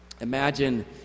imagine